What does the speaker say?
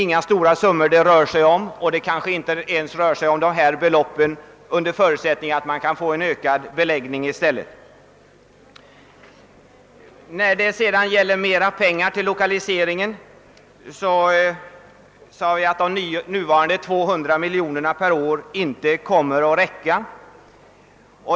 Det rör sig nu inte om några stora summor — det kanske inte kostar ens det belopp jag nämnde, om det leder till en ökad beläggning. Vi sade att nuvarande 200 miljoner kronor per år till lokaliseringsverksamheten inte kommer att räcka.